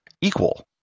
equal